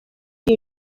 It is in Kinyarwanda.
iri